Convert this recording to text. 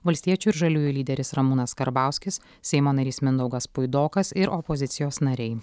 valstiečių ir žaliųjų lyderis ramūnas karbauskis seimo narys mindaugas puidokas ir opozicijos nariai